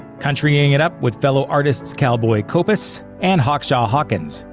country-ing it up with fellow artists cowboy copas and hawkshaw hawkins,